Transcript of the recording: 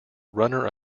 runner